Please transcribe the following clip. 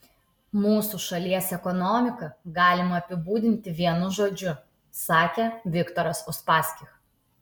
mūsų šalies ekonomiką galima apibūdinti vienu žodžiu sakė viktoras uspaskich